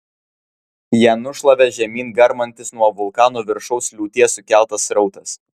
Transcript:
ją nušlavė žemyn garmantis nuo vulkano viršaus liūties sukeltas srautas